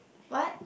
what